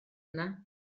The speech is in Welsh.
yna